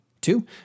Two